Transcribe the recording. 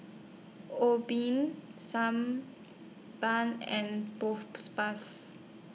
Obimin San Balm and